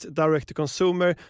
direct-to-consumer